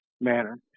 manner